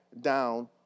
down